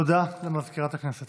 תודה למזכירת הכנסת.